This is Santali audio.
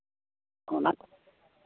ᱚᱱᱟ